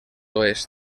oest